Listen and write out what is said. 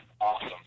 Awesome